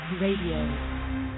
Radio